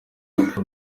urugo